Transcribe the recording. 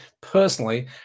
personally